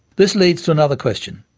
this leads to another question.